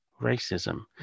racism